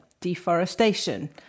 Deforestation